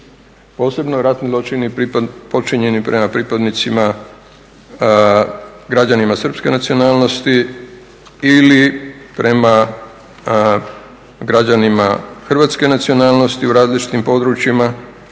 posebno ratni zločini počinjeni prema pripadnicima građanima srpske nacionalnosti ili prema građanima hrvatske nacionalnosti u različitim područjima,